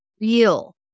real